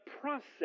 process